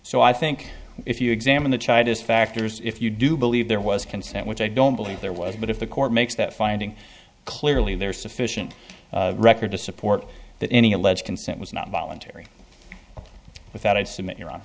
so i think if you examine the child is factors if you do believe there was consent which i don't believe there was but if the court makes that finding clearly there is sufficient record to support that any alleged consent was not voluntary without i